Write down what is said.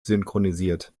synchronisiert